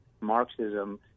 Marxism